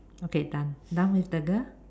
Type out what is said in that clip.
okay done done with the girl